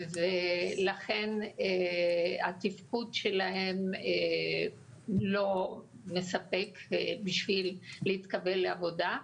לכן התפקוד שלהם לא מספק בשביל להתקבל לעבודה.